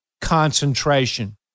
concentration